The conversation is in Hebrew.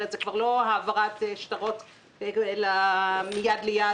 זה כבר לא העברה מיד ליד,